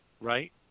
right